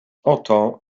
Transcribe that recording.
oto